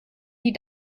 die